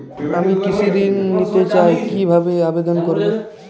আমি কৃষি ঋণ নিতে চাই কি ভাবে আবেদন করব?